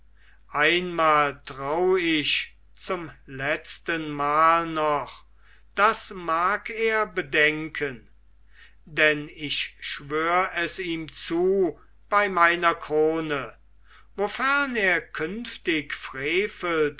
einmal trau ich zum letztenmal noch das mag er bedenken denn ich schwör es ihm zu bei meiner krone wofern er künftig